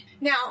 Now